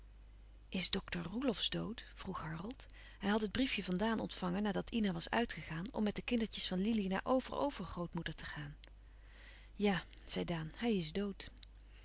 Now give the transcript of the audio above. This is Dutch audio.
is dokter roelofsz dood vroeg harold hij had het briefje van daan ontvangen nadat ina was uitgegaan om met de kindertjes van lili naar over overgrootmoeder te gaan ja zei daan hij is dood